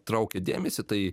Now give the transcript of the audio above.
traukia dėmesį tai